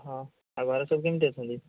ହଁ ଆଉ ଘରେ ସବୁ କେମିତି ଅଛନ୍ତି